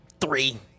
three